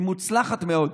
היא מוצלחת מאוד.